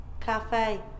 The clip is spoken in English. cafe